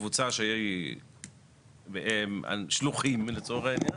קבוצה של שלוחים לצורך העניין,